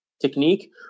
technique